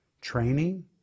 training